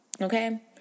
Okay